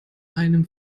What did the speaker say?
einem